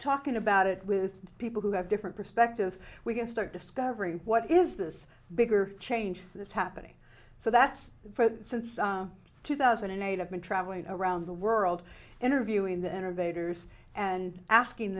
talking about it with people who have different perspectives we can start discovering what is this bigger change this happening so that's since two thousand and eight i've been traveling around the world interviewing the inner vader's and asking